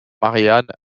marianne